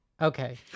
Okay